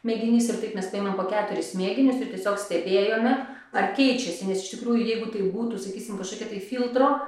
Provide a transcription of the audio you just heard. mėginys ir taip mes paėmėm po keturis mėginius ir tiesiog stebėjome ar keičiasi nes iš tikrųjų jeigu tai būtų sakysim kažkokia tai filtro